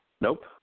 Nope